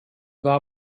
war